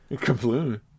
Completely